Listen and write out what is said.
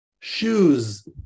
shoes